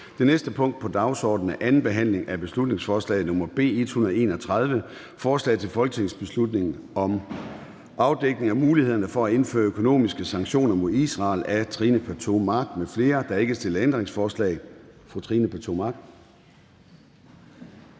Det næste punkt på dagsordenen er: 14) 2. (sidste) behandling af beslutningsforslag nr. B 131: Forslag til folketingsbeslutning om afdækning af mulighederne for indførelse af økonomiske sanktioner mod Israel. Af Trine Pertou Mach (EL) m.fl. (Fremsættelse 28.02.2024.